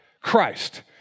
Christ